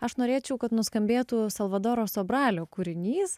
aš norėčiau kad nuskambėtų salvadoro sobralio kūrinys